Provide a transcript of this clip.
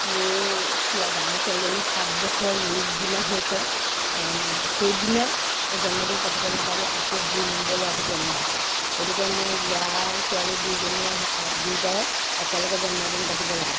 মোৰ ছোৱা ডাঙৰ ছোৱালীজনী সাত বছৰ যি দিনা হৈছে সেই দিনাই আকৌ জন্মদিন পাতিব নেপালোঁ আকৌ দুই নম্বৰ ল'ৰাটো জন্ম হৈছে গতিকে মই ল'ৰা আৰু ছোৱালী দুয়োজনীয়ে দুয়োতাৰে একেলগে জন্ম দিন পাতিব লাগে